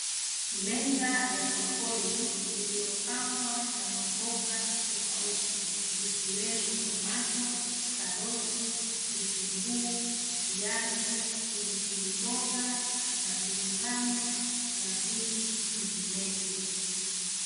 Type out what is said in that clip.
Meza ya sokoni iliyopangwa na maboga tofauti zikiwemo; tomato ,karoti, vitunguu, viazi, pilipili boga, mabiringanya na vingi vinginevyo.